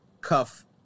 cuff